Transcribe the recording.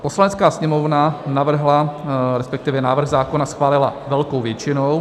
Poslanecká sněmovna navrhla, resp. návrh zákona schválila velkou většinou.